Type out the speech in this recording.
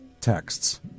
texts